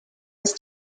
ist